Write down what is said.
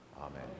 Amen